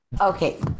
Okay